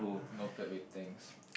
noted with thanks